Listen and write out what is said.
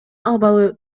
абалы